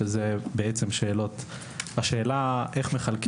שזה בעצם השאלה איך מחלקים.